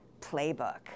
playbook